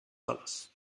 solos